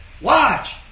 Watch